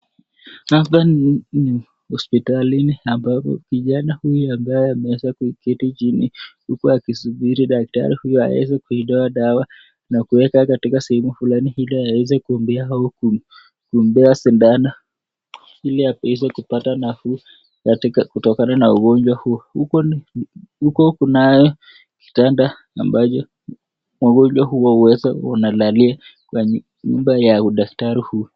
Hapa ni hospitalini ambapo kijana huyu ambaye ameweza kuketi chini huku akisubiri daktari huyu aweze kuitoa dawa na kuweka katika sehemu fulani ili aweze kumpea au kumpea sindano ili aweze kupata nafuu kutokana na ugonjwa huo. Huku kunaye kitanda ambacho mgonjwa huwa huweza unalalia kwenye nyumba ya daktari huku.